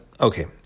okay